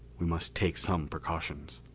we must take some precautions.